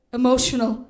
emotional